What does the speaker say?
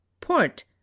Port